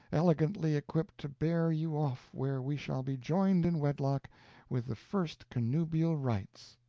elegantly equipped to bear you off where we shall be joined in wedlock with the first connubial rights.